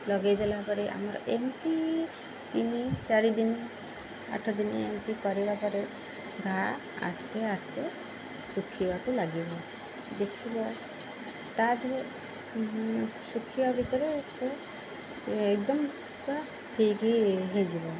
ଲଗେଇ ଦେଲା ପରେ ଆମର ଏମିତି ତିନି ଚାରି ଦିନ ଆଠଦିନ ଏମିତି କରିବା ପରେ ଘା ଆସ୍ତେ ଆସ୍ତେ ଶୁଖିବାକୁ ଲାଗିବ ଦେଖିବ ତା' ଦେହରେ ଶୁଖିବା ଭିତରେ ସେ ଏକଦମ ଠିକ୍ ହେଇଯିବ